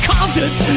Concerts